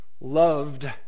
loved